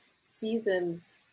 seasons